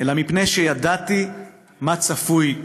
אלא מפני שידעתי מה צפוי לנו,